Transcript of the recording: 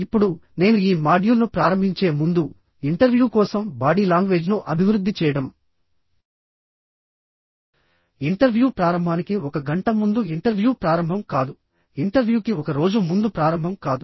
ఇప్పుడునేను ఈ మాడ్యూల్ను ప్రారంభించే ముందు ఇంటర్వ్యూ కోసం బాడీ లాంగ్వేజ్ను అభివృద్ధి చేయడం ఇంటర్వ్యూ ప్రారంభానికి ఒక గంట ముందు ఇంటర్వ్యూ ప్రారంభం కాదుఇంటర్వ్యూకి ఒక రోజు ముందు ప్రారంభం కాదు